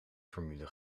formule